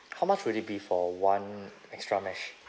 how much would it be for one extra mesh